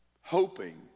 hoping